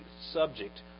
subject